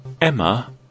emma